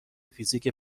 فیزیک